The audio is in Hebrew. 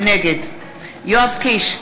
נגד יואב קיש,